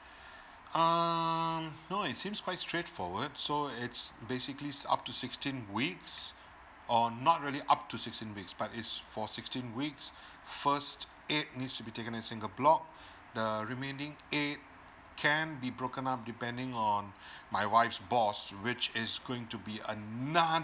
um no it seems quite straightforward so it's basically it's up to sixteen weeks or not really up to sixteen weeks but it's for sixteen weeks first eight needs to be taken in a single block the remaining eight can be broken up depending on my wife's boss which is going to be ano~